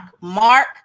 Mark